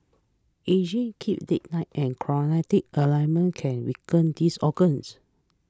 ageing keeping late nights and chromate ailments can weaken these organs